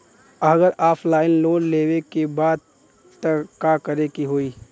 अगर offline loan लेवे के बा त का करे के होयी?